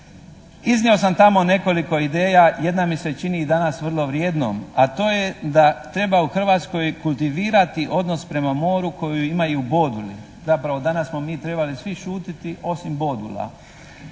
Iznio sam tamo nekoliko ideja, jedna mi se čini i danas vrlo vrijednom, a to je da treba u Hrvatskoj kultivirati odnos prema moru koju imaju boduli, zapravo danas smo mi trebali svi šutiti osim bodula,